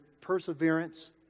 perseverance